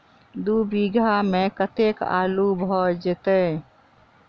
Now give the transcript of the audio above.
दु बीघा मे कतेक आलु भऽ जेतय?